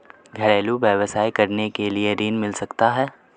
घरेलू व्यवसाय करने के लिए ऋण मिल सकता है?